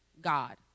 God